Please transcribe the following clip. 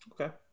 okay